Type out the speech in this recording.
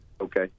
Okay